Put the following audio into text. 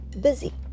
busy